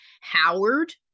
Howard